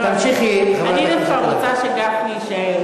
תמשיכי, חברת הכנסת